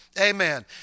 amen